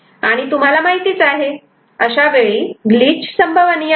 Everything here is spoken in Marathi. आणि तुम्हाला माहितीच आहे अशावेळी ग्लिच संभवनीय आहे